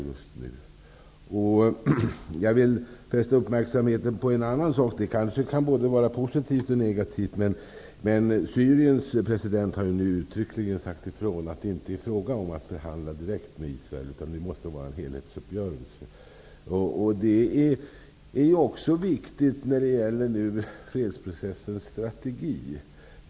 Jag vill fästa uppmärksamheten på en annan sak, som kanske kan vara både positiv och negativ. Syriens president har nu uttryckligen sagt ifrån att det inte är fråga om att förhandla direkt med Israel utan att det måste vara en helhetsuppgörelse. Det är också viktigt när det gäller fredsprocessens strategi.